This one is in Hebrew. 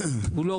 הוא יכול